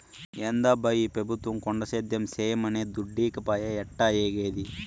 ఏందబ్బా ఈ పెబుత్వం కొండ సేద్యం చేయమనె దుడ్డీకపాయె ఎట్టాఏగేది